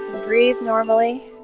breathe normally